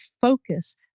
focus